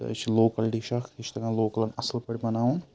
تہٕ یہِ چھُ لوکَل ڈِش اَکھ یہِ چھُ تَگان لوکَلَن اَصٕل پٲٹھۍ بَناوُن